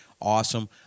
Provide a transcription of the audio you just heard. awesome